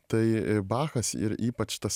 tai bachas ir ypač tas